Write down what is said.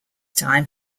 time